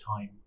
time